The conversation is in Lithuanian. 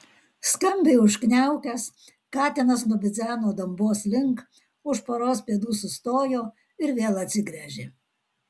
skambiai užkniaukęs katinas nubidzeno dambos link už poros pėdų sustojo ir vėl atsigręžė